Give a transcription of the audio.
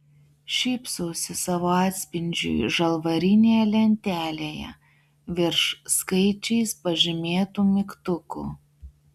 šypsausi savo atspindžiui žalvarinėje lentelėje virš skaičiais pažymėtų mygtukų